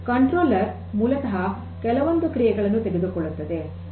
ನಿಯಂತ್ರಕ ಮೂಲತಃ ಕೆಲವೊಂದು ಕ್ರಿಯೆಗಳನ್ನು ತೆಗೆದುಕೊಳ್ಳುತ್ತದೆ